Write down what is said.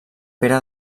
pere